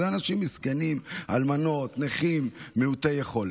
אלה האנשים המסכנים, אלמנות, נכים, מעוטי יכולת.